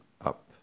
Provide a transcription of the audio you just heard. up